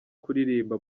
kuririmba